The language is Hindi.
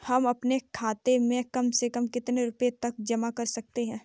हम अपने खाते में कम से कम कितने रुपये तक जमा कर सकते हैं?